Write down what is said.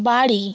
বাড়ি